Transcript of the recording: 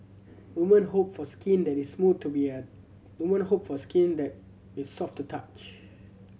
woman hope for skin that is to woman hope for skin that is soft to touch